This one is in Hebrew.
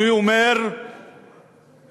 אני אומר ויודע,